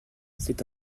c’est